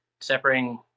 separating